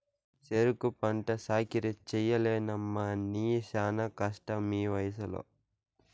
సెరుకు పంట సాకిరీ చెయ్యలేనమ్మన్నీ శానా కష్టమీవయసులో